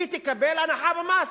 היא תקבל הנחה במס,